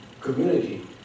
community